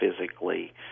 physically